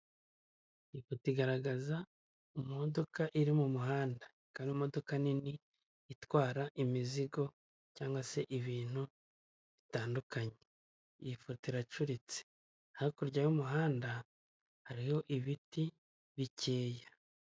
Ifoto igaragaza mu modoka iri mu muhanda akaba imodoka nini itwara imizigo cyangwa se ibintu bitandukanye. Iyi foto iracuritse, hakurya y'umuhanda hariyo ibiti bikeya.